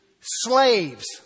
Slaves